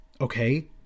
okay